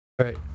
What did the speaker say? right